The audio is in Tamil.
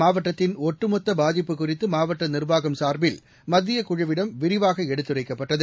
மாவட்டத்தின் ஒட்டுமொத்த பாதிப்பு குறித்து மாவட்ட நிர்வாகம் சார்பில் மத்தியக் குழுவிடம் விரிவாக எடுத்துரைக்கப்பட்டது